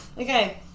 Okay